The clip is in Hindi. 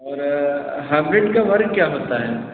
और हाइब्रिड का क्या होता है